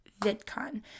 VidCon